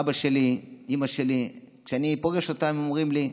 אבא שלי, אימא שלי, כשאני פוגש אותם הם אומרים לי: